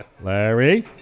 Larry